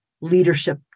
leadership